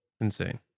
insane